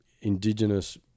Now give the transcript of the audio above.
indigenous